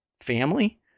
family